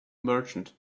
merchant